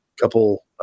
couple